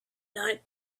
night